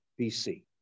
BC